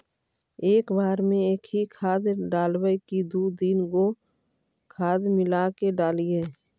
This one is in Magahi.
एक बार मे एकही खाद डालबय की दू तीन गो खाद मिला के डालीय?